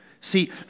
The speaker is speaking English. See